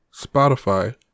Spotify